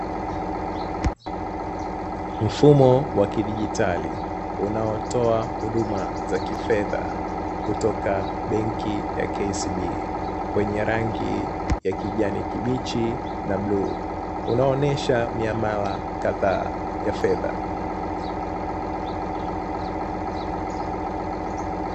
Mfumo wa kidigitali unaotoa huduma za kifedha kutoka benki ya "KCB" wenye rangi ya kijani kibichi na bluu, unaoonyesha miamala kadhaa ya fedha.